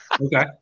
Okay